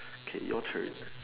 okay your turn